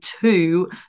two